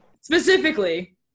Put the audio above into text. Specifically